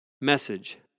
Message